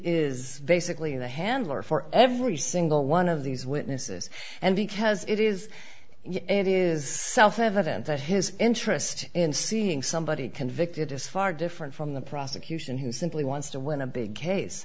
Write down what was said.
is basically the handler for every single one of these witnesses and because it is it is self evident that his interest in seeing somebody convicted is far different from the prosecution who simply wants to win a big case